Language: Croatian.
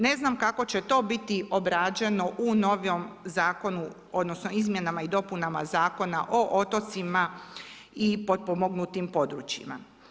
Ne znam kako će to biti obrađeno u novijem zakonu, odnosno Izmjenama i dopunama Zakona o otocima i potpomognutim područjima.